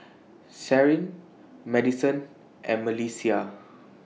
Carin Madisen and Melissia